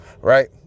right